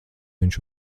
viņš